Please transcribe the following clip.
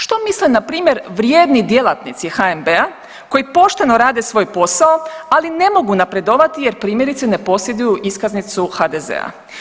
Što misle npr., vrijedni djelatnici HNB-a koji pošteno rade svoj posao, ali ne mogu napredovati, jer, primjerice, ne posjeduju iskaznicu HDZ-a?